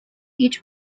each